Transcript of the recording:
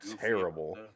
terrible